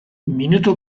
minutu